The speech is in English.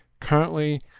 currently